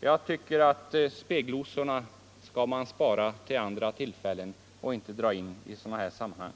Jag tycker att man skall spara de glosorna till andra tillfällen och inte använda dem i sådana här sammanhang.